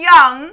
Young